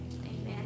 Amen